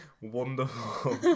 wonderful